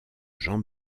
jean